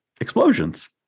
explosions